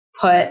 put